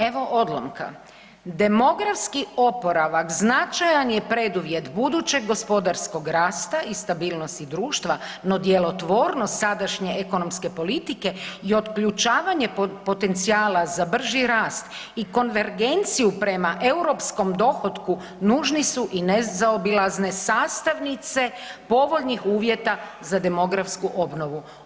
Evo odlomka, demografski oporavak značajan je preduvjet budućeg gospodarskog rasta i stabilnosti društva no djelotvornost sadašnje ekonomske politike i otključavanje potencijala za brži rast i konvergenciju prema europskom dohotku nužni su i nezaobilazne sastavnice povoljnih uvjeta za demografsku obnovu.